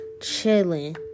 Chilling